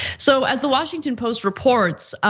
so as the washington post reports,